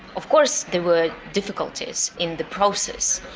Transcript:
of course, there were difficulties in the process,